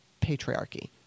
patriarchy